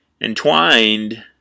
entwined